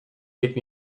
take